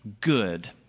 good